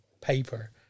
paper